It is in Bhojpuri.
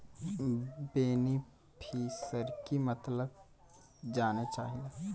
बेनिफिसरीक मतलब जाने चाहीला?